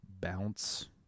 Bounce